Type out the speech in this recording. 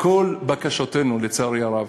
כל בקשותינו, לצערי הרב: